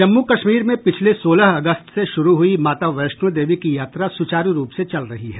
जम्मू कश्मीर में पिछले सोलह अगस्त से शुरू हुई माता वैष्णो देवी की यात्रा सुचारू रूप से चल रही है